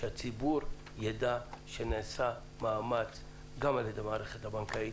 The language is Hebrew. שהציבור ידע שנעשה מאמץ גם על ידי המערכת הבנקאית,